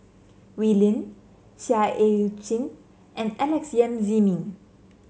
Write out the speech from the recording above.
Wee Lin Seah Eu Chin and Alex Yam Ziming